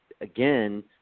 again